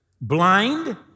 blind